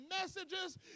messages